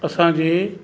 असांजे